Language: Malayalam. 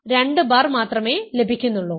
0 ബാർ 2 ബാർ മാത്രമേ ലഭിക്കുന്നുള്ളൂ